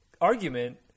argument